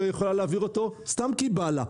היא יכולה להעביר אותו סתם כי בא לה.